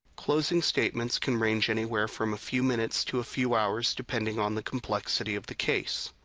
closing statements can range anywhere from a few minutes to a few hours, depending on the complexity of the case.